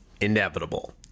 inevitable